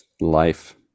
life